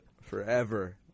forever